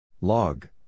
Log